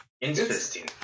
Interesting